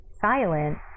silent